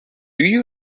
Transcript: you